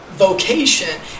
vocation